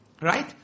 Right